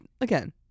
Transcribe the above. again